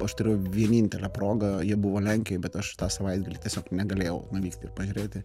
aš turėjau vienintelę progą jie buvo lenkijoj bet aš tą savaitgalį tiesiog negalėjau nuvykti ir pažiūrėti